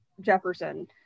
jefferson